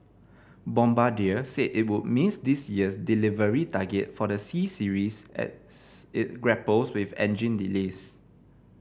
bombardier said it would miss this year's delivery target for the C Series as it grapples with engine delays